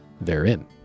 therein